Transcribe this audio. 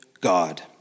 God